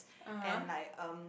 and like um